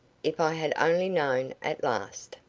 if i had only known. at last!